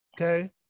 Okay